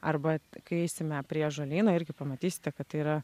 arba kai eisime prie ąžuolyno irgi pamatysite kad tai yra